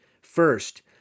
First